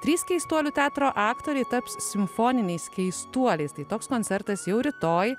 trys keistuolių teatro aktoriai taps simfoniniais keistuoliais tai toks koncertas jau rytoj